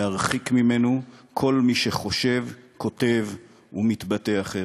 להרחיק ממנו כל מי שחושב, כותב ומתבטא אחרת.